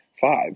five